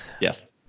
yes